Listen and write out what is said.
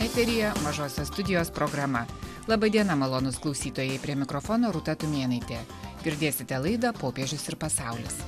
eteryje mažosios studijos programa laba diena malonūs klausytojai prie mikrofono rūta tumėnaitė girdėsite laidą popiežius ir pasaulis